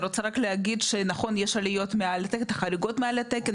אני רוצה רק להגיד שנכון יש חריגות מעל התקן,